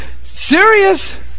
serious